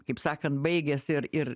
kaip sakant baigęs ir ir